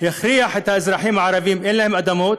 הכריח את האזרחים הערבים, אין להם אדמות,